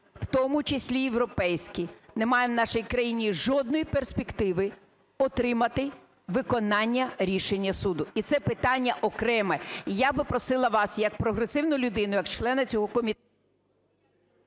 в тому числі європейські, немає в нашій країні жодної перспективи отримати виконання рішення суду. І це питання окреме. І я би просила вас як прогресивну людину, як члена цього комітету…